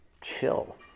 Chill